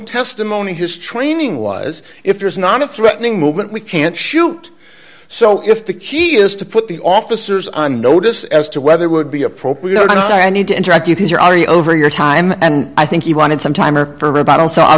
testimony his training was if there's not a threatening movement we can't shoot so if the key is to put the officers on notice as to whether would be appropriate to say i need to interact you're already over your time and i think you wanted some